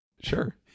sure